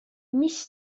mis